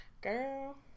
Girl